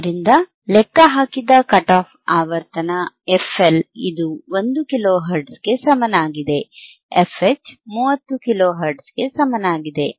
ಆದ್ದರಿಂದ ಲೆಕ್ಕಹಾಕಿದ cut off ಆವರ್ತನ fL ಇದು 1 ಕಿಲೋಹೆರ್ಟ್ಜ್ಗೆ ಸಮನಾಗಿದೆ fH 30 ಕಿಲೋ ಹರ್ಟ್ಜ್ಗೆ ಸಮನಾಗಿದೆ